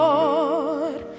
Lord